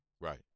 right